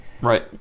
Right